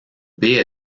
baie